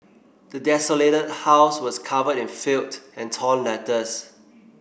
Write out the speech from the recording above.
the desolated house was covered in filth and torn letters